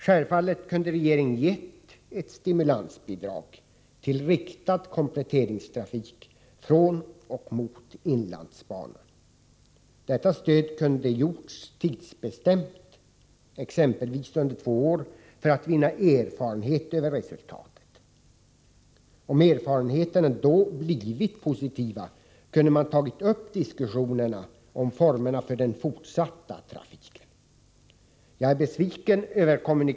Självfallet kunde regeringen ha gett ett stimulansbidrag till riktad kompletteringstrafik från och mot inlandsbanan. Detta stöd kunde man ha lämnat under en bestämd tid, exempelvis under två år, för att vinna erfarenhet av resultatet. Om erfarenheterna då blivit positiva, kunde man ha tagit upp diskussionerna om formerna för den fortsatta trafiken.